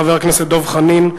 חבר הכנסת דב חנין,